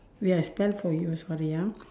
wait I spell for you sorry ah